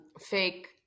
Fake